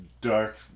dark